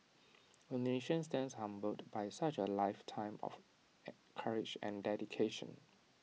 A nation stands humbled by such A lifetime of courage and dedication